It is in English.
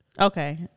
Okay